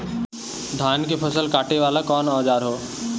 धान के फसल कांटे वाला कवन औजार ह?